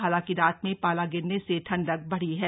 हालांकि रात में पाला गिरने से ठंडक बढ़ी है